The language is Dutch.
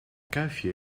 kuifje